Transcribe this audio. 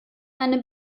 eine